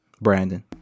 brandon